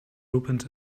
opened